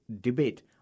debate